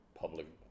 public